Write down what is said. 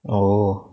oh